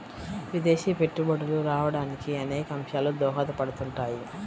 విదేశీ పెట్టుబడులు రావడానికి అనేక అంశాలు దోహదపడుతుంటాయి